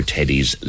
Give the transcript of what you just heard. Teddy's